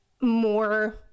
more